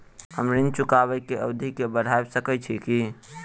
हम ऋण चुकाबै केँ अवधि केँ बढ़ाबी सकैत छी की?